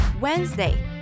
Wednesday